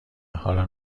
حالا